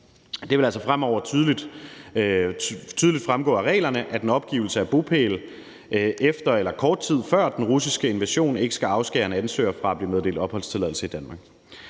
Det vil altså fremover tydeligt fremgå af reglerne, at en opgivelse af bopæl efter eller kort tid før den russiske invasion ikke skal afskære en ansøger fra at blive meddelt opholdstilladelse i Danmark.